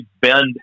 bend